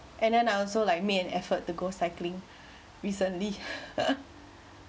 and then I also like made an effort to go cycling recently